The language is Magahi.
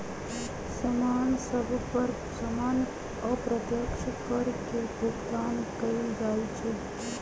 समान सभ पर सामान्य अप्रत्यक्ष कर के भुगतान कएल जाइ छइ